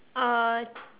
uh